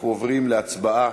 אנחנו עוברים להצבעה,